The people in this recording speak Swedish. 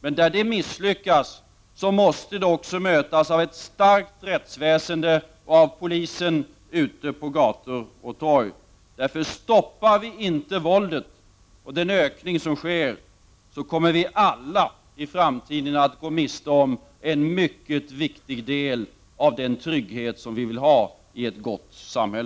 Men där det misslyckas, måste det också mötas av ett starkt rättsväsende och polis ute på gator och torg. Stoppar vi inte våldet, och den ökning som sker, kommer vi alla att i framtiden gå miste om en viktig del av den trygghet vi vill ha i ett gott samhälle.